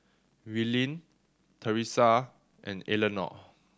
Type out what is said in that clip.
Willene Thresa and Eleonore